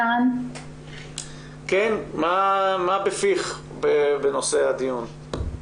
מה בפיך בנושא הדיון?